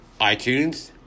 iTunes